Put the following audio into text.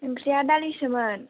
ओंख्रिया दालिसोमोन